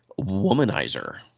womanizer